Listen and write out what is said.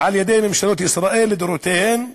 על-ידי ממשלות ישראל לדורותיהן,